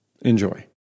Enjoy